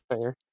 Fair